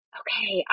okay